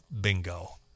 Bingo